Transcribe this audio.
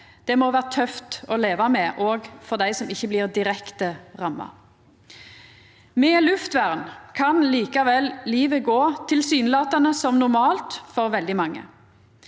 må vera tøft å leva med for dei som ikkje blir direkte ramma òg. Med luftvern kan livet likevel gå tilsynelatande som normalt for veldig